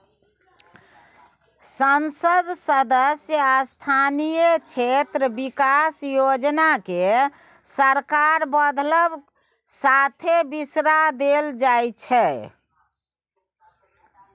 संसद सदस्य स्थानीय क्षेत्र बिकास योजना केँ सरकार बदलब साथे बिसरा देल जाइ छै